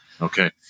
Okay